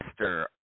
Mr